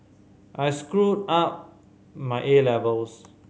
I screwed up my A levels